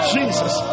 Jesus